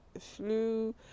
flu